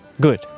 Good